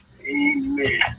Amen